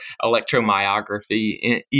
electromyography